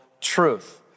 truth